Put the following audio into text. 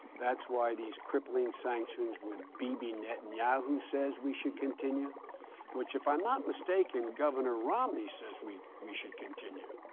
that's why these crippling sanctions, what bibi netanyahu says we should continue which, if i'm not mistaken, governor romney says we we should continue.